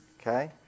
Okay